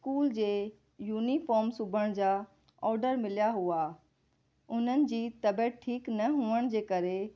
school जे uniform सिबण जा ऑडर मिलिया हुआ उन्हनि जी तबीअत ठीक न हुजण जे करे